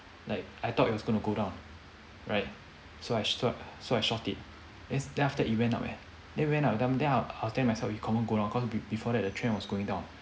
like I thought it was going to go down right so I st~ so I short it then then after that it went up eh then it went up then then I was I was telling myself it confirm go down cause be~ before that the trade was going down